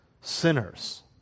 sinners